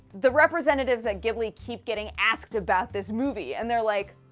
the representatives at ghibli keep getting asked about this movie, and they're like.